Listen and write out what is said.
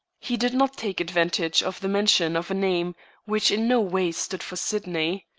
he did not take advantage of the mention of a name which in no way stood for sydney.